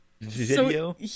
video